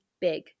big